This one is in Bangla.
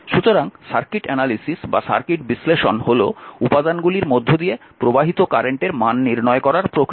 সুতরাং সার্কিট বিশ্লেষণ হল উপাদানগুলির মধ্য দিয়ে প্রবাহিত কারেন্টের মান নির্ণয় করার প্রক্রিয়া